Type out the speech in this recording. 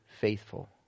faithful